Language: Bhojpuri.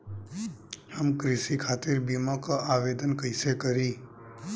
हम कृषि खातिर बीमा क आवेदन कइसे करि?